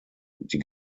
die